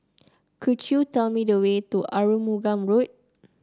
could you tell me the way to Arumugam Road